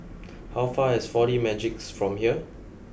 how far is four D Magix from here